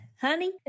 honey